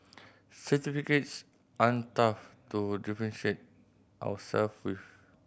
certificates aren't enough to differentiate ourselves with